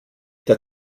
der